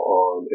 on